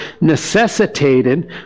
necessitated